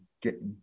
get